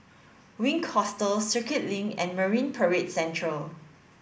Wink Hostel Circuit Link and Marine Parade Central